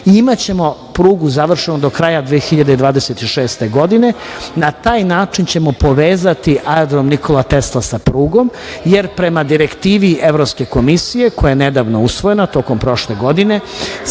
imaćemo prugu završenu do kraja 2026. godine. Na taj način ćemo povezati aerodrom „Nikola Tesla“ sa tom prugom jer prema direktivi Evropske komisije koja je nedavno usvojena, tokom prošle godine,